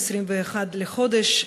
21 בחודש,